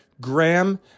Graham